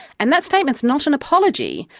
and that statement's not an apology,